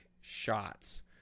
shots